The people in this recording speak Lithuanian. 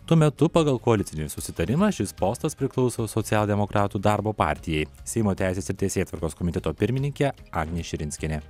tuo metu pagal koalicinį susitarimą šis postas priklauso socialdemokratų darbo partijai seimo teisės ir teisėtvarkos komiteto pirmininkė agnė širinskienė